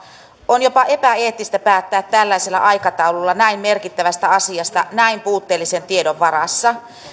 on jopa epäeettistä päättää tällaisella aikataululla näin merkittävästä asiasta näin puutteellisen tiedon varassa